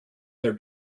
their